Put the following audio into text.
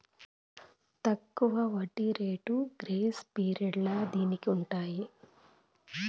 తక్కువ వడ్డీ రేట్లు గ్రేస్ పీరియడ్లు దీనికి ఉంటాయి